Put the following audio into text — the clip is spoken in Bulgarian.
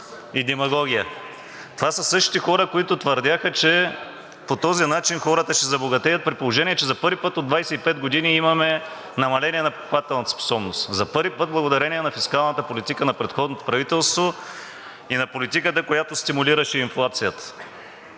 и демагогия. Това са същите хора, които твърдяха, че по този начин хората ще забогатеят, при положение че за първи път от 25 години имаме намаление на покупателната способност, за първи път благодарение на фискалната политика на предходното правителство и на политиката, която стимулираше инфлацията.